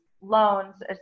loans